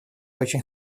очень